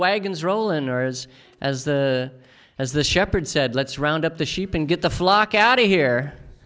wagons roll in ours as the as the shepherd said let's round up the sheep and get the flock outta here